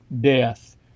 death